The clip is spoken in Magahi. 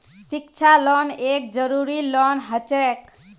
शिक्षा लोन एक जरूरी लोन हछेक